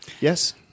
Yes